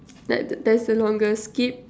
like that's the longest skip